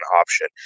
option